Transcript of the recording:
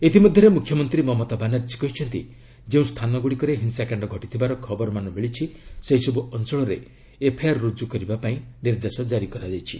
ଇତିମଧ୍ୟରେ ମୁଖ୍ୟମନ୍ତ୍ରୀ ମମତା ବାନାର୍ଜୀ କହିଛନ୍ତି ଯେଉଁ ସ୍ଥାନମାନଙ୍କରେ ହିଂସାକାଣ୍ଡ ସ୍ରଟିଥିବାର ଖବର ମିଳିଛି ସେହିସବୁ ଅଞ୍ଚଳରେ ଏଫ୍ଆଇଆର୍ ରୁକୁ କରିବା ପାଇଁ ନିର୍ଦ୍ଦେଶ କ୍ରାରି କରାଯାଇଛି